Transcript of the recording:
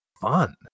fun